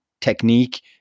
technique